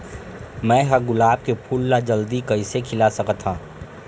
मैं ह गुलाब के फूल ला जल्दी कइसे खिला सकथ हा?